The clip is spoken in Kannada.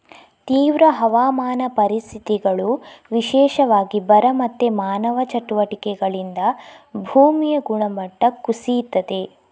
ತೀವ್ರ ಹವಾಮಾನ ಪರಿಸ್ಥಿತಿಗಳು, ವಿಶೇಷವಾಗಿ ಬರ ಮತ್ತೆ ಮಾನವ ಚಟುವಟಿಕೆಗಳಿಂದ ಭೂಮಿಯ ಗುಣಮಟ್ಟ ಕುಸೀತದೆ